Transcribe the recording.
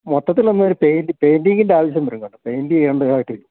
മൊത്തത്തിലൊന്ന് ഒരു പെയിൻറ്റ് പെയിൻറ്റിങ്ങിൻ്റെ ആവശ്യം വരും കേട്ടോ പെയിൻറ്റ് ചെയ്യേണ്ടതായിട്ട് വരും